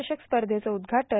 चषक स्पर्धेचं उद्घाटन